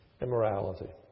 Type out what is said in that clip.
immorality